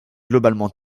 globalement